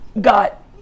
got